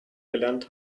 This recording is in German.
gelernt